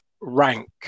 rank